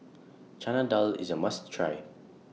Chana Dal IS A must Try